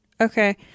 Okay